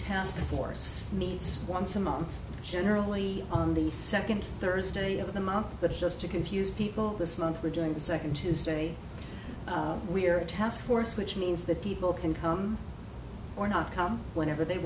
task force needs once a month generally on the second thursday of the month but just to confuse people this month we're doing the second tuesday we're task force which means that people can come or not come whenever they